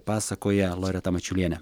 pasakoja loreta mačiulienė